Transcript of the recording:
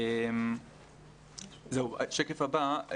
השקף הבא,